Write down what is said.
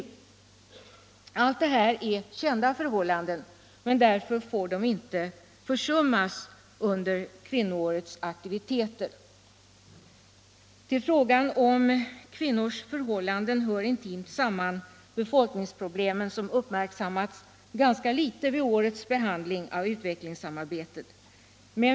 Allt det här är kända förhållanden, men därför får det inte försummas under kvinnoårets aktiviteter. Med frågan om kvinnors förhållanden hör intimt samman med befolkningsproblemen, som uppmärksammas ganska litet vid årets riksdagsbehandling av utvecklingssamarbetet.